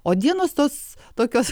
o dienos tos tokios